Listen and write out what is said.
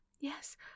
Yes